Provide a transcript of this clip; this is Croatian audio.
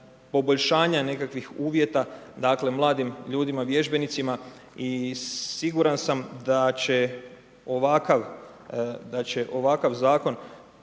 poboljšanja nekakvih uvjeta dakle, mladim ljudima – vježbenicima i siguran sam da će ovakav Zakon